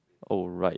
alright